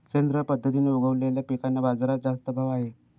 सेंद्रिय पद्धतीने उगवलेल्या पिकांना बाजारात जास्त भाव आहे